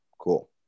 cool